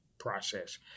process